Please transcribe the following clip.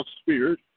spirit